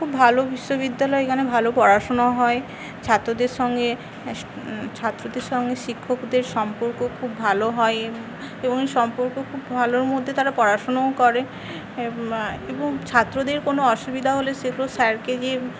খুব ভালো বিশ্ববিদ্যালয় এখানে ভালো পড়াশুনো হয় ছাত্রদের সঙ্গে ছাত্রদের সঙ্গে শিক্ষকদের সম্পর্ক খুব ভালো হয় এবং সম্পর্ক খুব ভালোর মধ্যে তারা পড়াশুনোও করে এবং ছাত্রদের কোনো অসুবিধা হলে সে তো স্যারকে গিয়ে